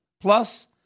Plus